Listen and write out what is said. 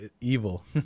evil